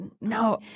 no